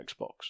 Xbox